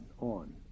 on